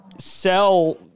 sell